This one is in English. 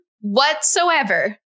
whatsoever